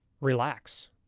relax